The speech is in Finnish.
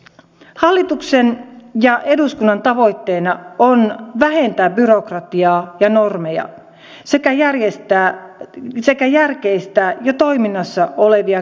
hallituksen ja eduskunnan tavoitteena on vähentää byrokratiaa ja normeja sekä järkeistää jo toiminnassa olevia käytäntöjä